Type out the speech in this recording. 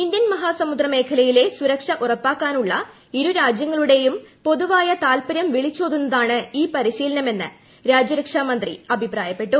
Indian മ്ഫാസ്മുദ്ര മേഖലയിലെ സുരക്ഷ ഉറപ്പാക്കാനുള്ള ഇരുരാജ്യങ്ങളുടെയും പൊതുവായ താൽപര്യം വിളിച്ചോതുന്നതാണ് ഈ പ്രിശീലനം എന്ന് രാജ്യരക്ഷാ മന്ത്രി പ്രതിരോധ അഭിപ്രായപ്പെട്ടു